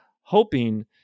hoping